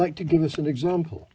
like to give us an example